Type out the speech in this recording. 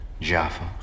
Jaffa